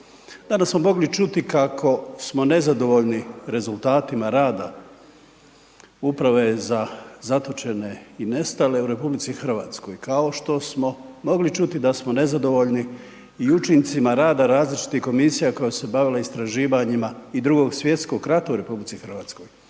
Danas smo mogli čuti kako smo nezadovoljni rezultatima rada Uprave za zatočene i nestale u Republici Hrvatskoj, kao što smo mogli čuti da smo nezadovoljni i učincima rada različitih komisija koja su se bavila istraživanjima i Drugog svjetskog rata u Republici Hrvatskoj.